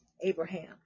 Abraham